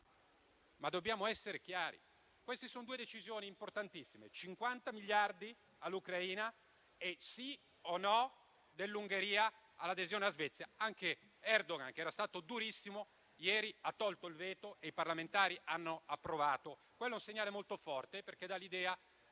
Dobbiamo essere chiari e dire che queste due decisioni sono importantissime: 50 miliardi all'Ucraina e sì o no dell'Ungheria all'adesione della Svezia alla NATO. Anche Erdogan, che era stato durissimo, ieri ha tolto il veto e i parlamentari hanno dato la loro approvazione. Quello è un segnale molto forte, perché dà l'idea